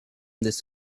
this